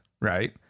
Right